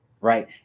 right